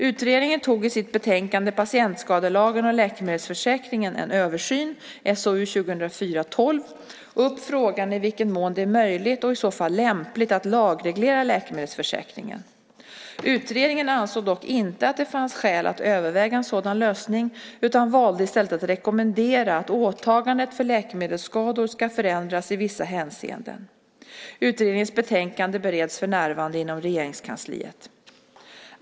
Utredningen tog i sitt betänkande, Patientskadelagen och läkemedelsförsäkringen - en översyn , upp frågan i vilken mån det är möjligt och i så fall lämpligt att lagreglera läkemedelsförsäkringen. Utredningen ansåg dock inte att det fanns skäl att överväga en sådan lösning utan valde i stället att rekommendera att åtagandet för läkemedelsskador ska förändras i vissa hänseenden. Utredningens betänkande bereds för närvarande inom Regeringskansliet.